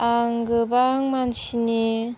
आं गोबां मानसिनि